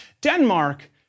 Denmark